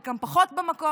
חלקן פחות במקום,